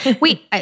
Wait